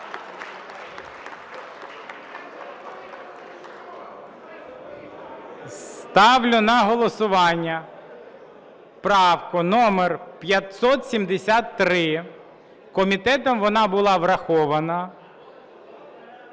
Ставлю на голосування праву номер 573. Комітетом вона була врахована.